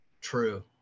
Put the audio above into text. true